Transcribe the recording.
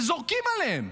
וזורקים עליהם.